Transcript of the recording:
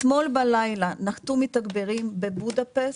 אתמול בלילה נחתו מתגברים בבודפסט,